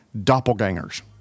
doppelgangers